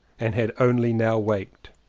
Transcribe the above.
and had only now waked,